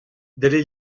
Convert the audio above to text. dre